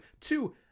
Two